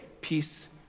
peace